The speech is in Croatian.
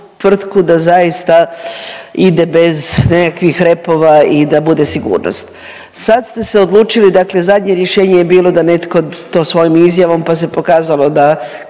da zaista ide bez nekakvih repova i da bude sigurnost. Sad ste se odlučili dakle zadnje rješenje je bilo da netko to svojoj izjavom, pa se pokazalo da,